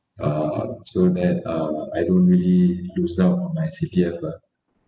uh so that uh I don't really used up my C_P_F lah